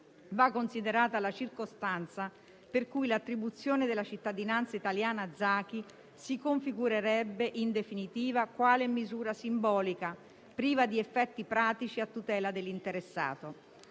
va considerata la circostanza per cui l'attribuzione della cittadinanza italiana a Zaki si configurerebbe, in definitiva, quale misura simbolica, priva di effetti pratici a tutela dell'interessato.